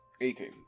Eighteen